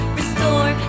restore